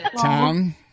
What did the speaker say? Tom